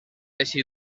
així